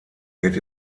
wird